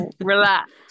Relax